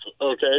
okay